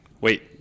wait